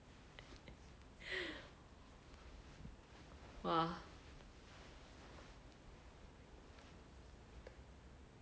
!wah!